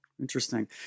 Interesting